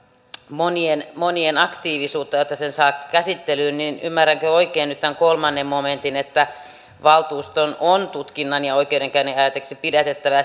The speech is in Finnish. monien monien aktiivisuutta jotta sen saa käsittelyyn ymmärränkö oikein nyt tämän kolmannen momentin että valtuuston on tutkinnan ja oikeudenkäynnin ajaksi pidätettävä